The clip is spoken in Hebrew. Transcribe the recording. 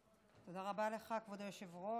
תודה רבה לך, כבוד היושב-ראש.